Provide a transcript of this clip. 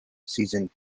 season